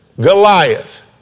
Goliath